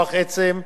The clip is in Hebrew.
מוח עצם,